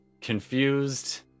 Confused